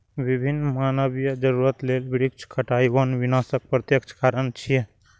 विभिन्न मानवीय जरूरत लेल वृक्षक कटाइ वन विनाशक प्रत्यक्ष कारण छियै